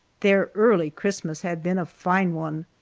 their early christmas had been a fine one.